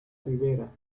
rivera